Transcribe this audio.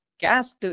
Cast